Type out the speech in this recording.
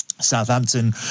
Southampton